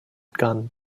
gun